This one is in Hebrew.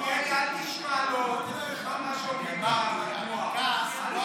מלכיאלי, אל תשמע לו, תשמע מה שאומרים לך בתנועה.